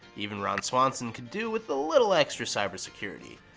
even ron swanson could do with a little extra cyber-security.